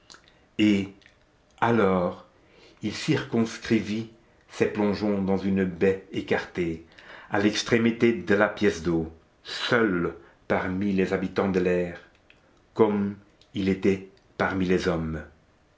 et alors il circonscrivit ses plongeons dans une baie écartée à l'extrémité de la pièce d'eau seul parmi les habitants de l'air comme il l'était parmi les hommes